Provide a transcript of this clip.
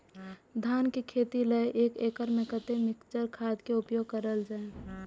धान के खेती लय एक एकड़ में कते मिक्चर खाद के उपयोग करल जाय?